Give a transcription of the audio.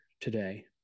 today